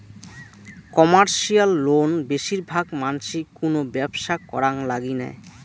commercial loan বেশির ভাগ মানসি কুনো ব্যবসা করাং লাগি নেয়